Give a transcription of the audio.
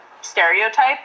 stereotype